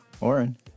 Oren